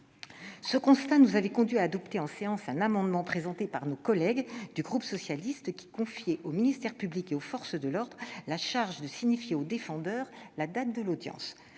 Ce constat nous avait conduits à adopter en séance un amendement présenté par nos collègues du groupe socialiste tendant à confier au ministère public et aux forces de l'ordre la charge de signifier au défendeur la date de l'audience.